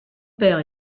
père